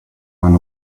man